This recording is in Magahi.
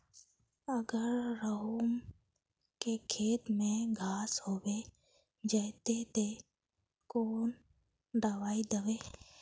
अगर गहुम के खेत में घांस होबे जयते ते कौन दबाई दबे?